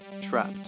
Trapped